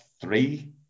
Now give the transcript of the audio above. three